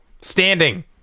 standing